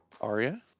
Arya